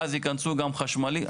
ואז ייכנסו גם לנושא החשמלי.